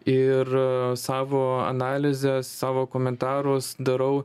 ir savo analizę savo komentarus darau